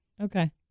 Okay